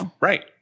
Right